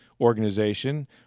organization